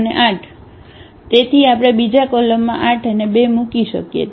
તેથી આપણે બીજા કોલમમાં 8 અને 2 મૂકી શકીએ